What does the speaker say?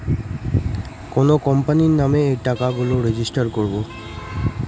কোনো কোম্পানির নামে এই টাকা গুলো রেজিস্টার করবো